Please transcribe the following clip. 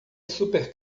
super